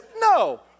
No